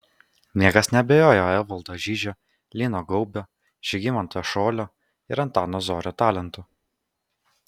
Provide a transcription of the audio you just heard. niekas neabejojo evaldo žižio lino gaubio žygimanto šolio ir antano zorio talentu